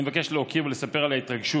אני מבקש להוקיר ולספר על ההתרגשות